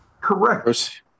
Correct